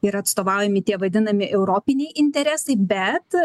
ir atstovaujami tie vadinami europiniai interesai bet